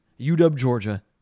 UW-Georgia